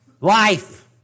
Life